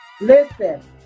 Listen